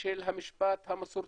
של המשפט המסורתי,